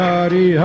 Hari